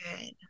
good